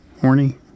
horny